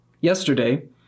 Yesterday